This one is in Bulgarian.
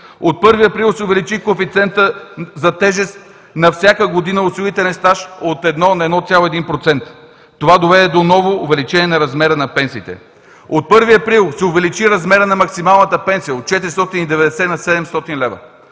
От 1 април се увеличи коефициентът за тежест на всяка година осигурителен стаж от 1 на 1,1%. Това доведе до ново увеличение на размера на пенсиите. От 1 април се увеличи размерът на максималната пенсия от 490 на 700 лв.